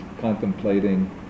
contemplating